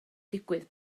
digwydd